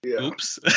oops